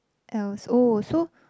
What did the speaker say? else oh so